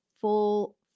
full